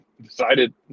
decided